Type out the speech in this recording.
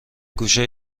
گوشه